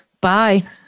Bye